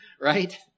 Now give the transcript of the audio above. right